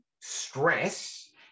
stress